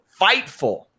FIGHTFUL